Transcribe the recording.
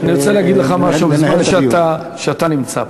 אני רוצה להגיד לך משהו בזמן שאתה נמצא פה.